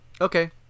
okay